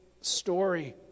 story